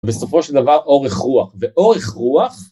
בסופו של דבר אורך רוח. ואורך רוח...